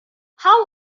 how